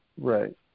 Right